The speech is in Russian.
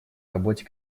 работе